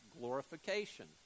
glorification